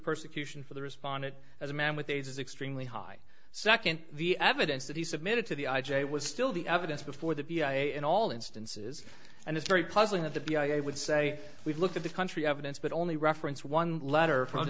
persecution for the respondent as a man with aids is extremely high second the evidence that he submitted to the i j a was still the evidence before the b i a in all instances and it's very puzzling of the b i would say we've looked at the country evidence but only reference one letter from